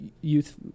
youth